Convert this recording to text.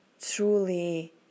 truly